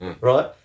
right